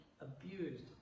abused